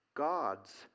God's